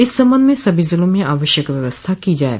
इस संबंध में सभी जिलों में आवश्यक व्यवस्था की जाये